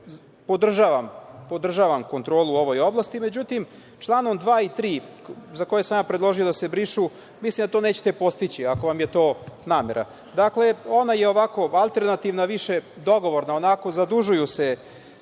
Podržavam kontrolu u ovoj oblasti.Međutim, članom 2. i 3., za koje sam predložio da se brišu, mislim da to nećete postići, ako vam je to namera. Dakle, ona je i ovako alternativna, više dogovorna, onako, zadužuju se